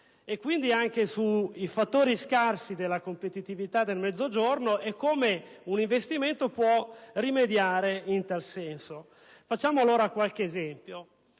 e, quindi, sui fattori scarsi della competitività del Mezzogiorno e su come un investimento può rimediare in tal senso. Facciamo qualche esempio.